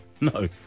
no